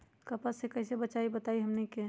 कपस से कईसे बचब बताई हमनी के?